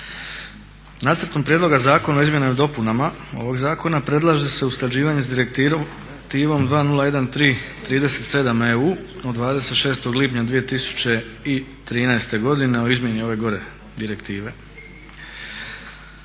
Nacrtom prijedloga zakona o izmjenama i dopunama ovog zakona predlaže se usklađivanje s Direktivom 2013/37EU od 26. lipnja 2013. godine o izmjeni ove gore direktive